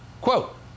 quote